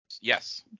Yes